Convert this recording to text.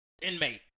inmate